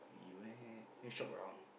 we went and shop around